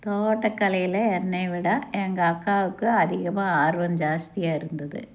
தோட்டக்கலையில் என்னையை விட எங்கள் அக்காவுக்கு அதிகமாக ஆர்வம் ஜாஸ்தியாக இருந்தது